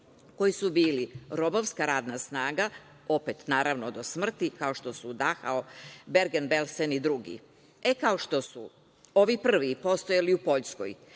koji su bili robovska radna snaga, opet, naravno, do smrti, kao što su Dahau, Bergen Belsen i drugi. E, kao što su ovi prvi postojali u Poljskoj,